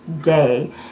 day